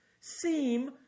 seem